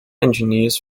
engineers